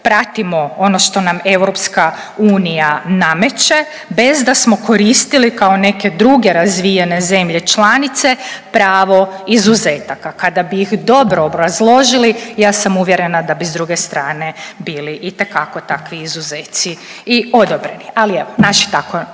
pratimo ono što nam EU nameće, bez da smo koristili kao neke druge razvijene zemlje članice pravo izuzetaka. Kada bi ih dobro obrazložili ja sam uvjerena da bi s druge strane bili itekako takvih izuzetci odobreni ali evo, naši tako